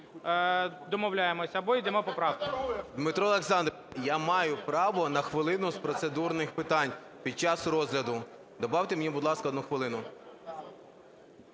домовляємося, або йдемо по поправках. ПУЗІЙЧУК А.В. Дмитро Олександрович, я маю право на хвилину з процедурних питань під час розгляду. Добавте мені, будь ласка, одну хвилину.